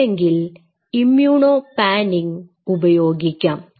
അല്ലെങ്കിൽ immunopanning ഉപയോഗിക്കാം